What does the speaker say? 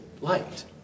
light